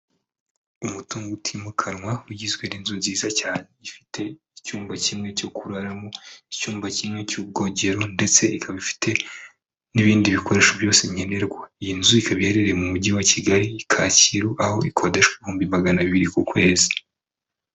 Umutungo utimukanwa ugizwe n'inzu nziza cyane, ifite icyumba kimwe cyo kuraramo, icyumba kimwe cy'ubwogero ndetse ikaba ifite n'ibindi bikoresho byose nkenerwa. Iyi nzu ikaba iherereye mu mujyi wa Kigali, Kacyiru aho ikodeshwa ibihumbi magana biri ku kwezi.